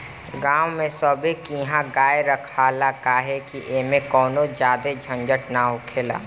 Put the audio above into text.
गांव में सभे किहा गाय रखाला काहे कि ऐमें कवनो ज्यादे झंझट ना हखेला